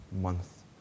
month